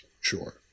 sure